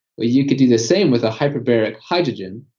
but you could do the same with a hyperbaric hydrogen.